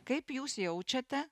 kaip jūs jaučiate